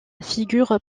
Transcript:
figure